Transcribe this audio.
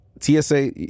TSA